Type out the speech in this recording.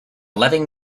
letting